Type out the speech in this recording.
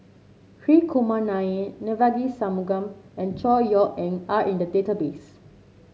Hri Kumar Nair Devagi Sanmugam and Chor Yeok Eng are in the database